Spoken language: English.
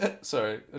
Sorry